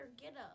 getup